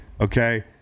okay